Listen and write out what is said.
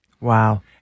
Wow